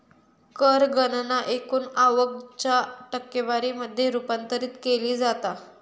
कर गणना एकूण आवक च्या टक्केवारी मध्ये रूपांतरित केली जाता